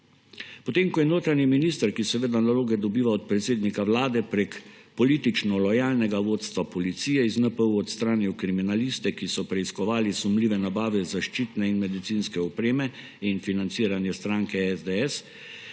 Potem ko je notranji minister, ki seveda naloge dobiva od predsednika vlade prek politično lojalnega vodstva policije, iz NPU odstranil kriminaliste, ki so preiskovali sumljive nabave zaščitne in medicinske opreme in financiranje stranke SDS,